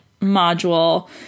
module